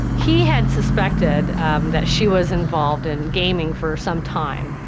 he had suspected that she was involved in gaming for some time.